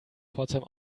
pforzheim